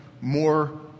more